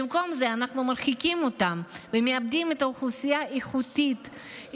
במקום זה אנחנו מרחיקים אותם ומאבדים אוכלוסייה איכותית,